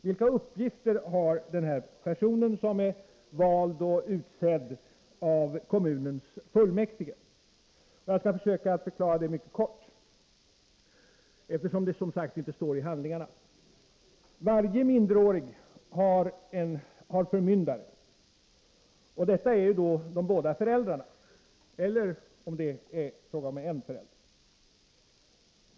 Vilka uppgifter har denna person, som är vald och utsedd av kommunens fullmäktige? Jag skall försöka förklara det mycket kort, eftersom det som sagt inte står i handlingarna. Varje minderårig har förmyndare. Det är de båda föräldrarna — eller i förekommande fall en förälder.